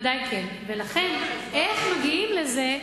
ולכן, איך מגיעים לזה,